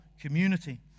community